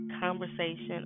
conversation